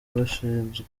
abashinzwe